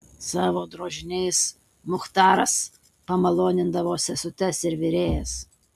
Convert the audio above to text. savo drožiniais muchtaras pamalonindavo sesutes ir virėjas